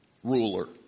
Ruler